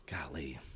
Golly